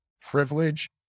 privilege